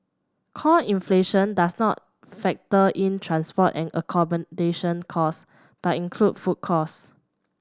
core inflation does not factor in transport and accommodation cost but includes food cost